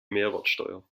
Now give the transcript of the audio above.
mehrwertsteuer